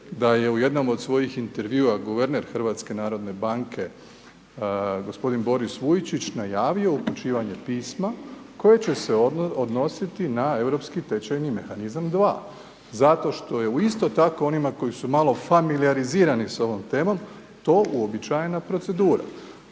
da je u jednom od svojih intervjua guverner HNB-a g. Boris Vujčić najavio upućivanje pisma koje će odnositi na europski tečajni mehanizam 2 zato što je isto tak onima koji su malo familijarizirani sa ovom temom, to uobičajen procedura.